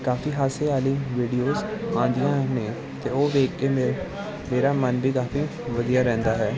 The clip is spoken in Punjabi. ਕਾਫੀ ਹਾਸੇ ਵਾਲੀ ਵੀਡੀਓਜ ਆਉਂਦੀਆਂ ਨੇ ਅਤੇ ਉਹ ਵੇਖ ਕੇ ਮੇ ਮੇਰਾ ਮਨ ਵੀ ਕਾਫੀ ਵਧੀਆ ਰਹਿੰਦਾ ਹੈ